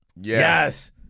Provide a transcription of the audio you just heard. Yes